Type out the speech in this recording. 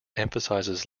emphasizes